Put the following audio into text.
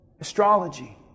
astrology